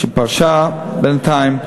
שפרשה בינתיים,